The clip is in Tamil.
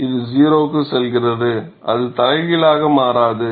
இது 0 க்கு செல்கிறது அது தலைகீழாக மாறாது